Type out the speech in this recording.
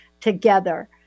together